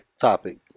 topic